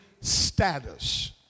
status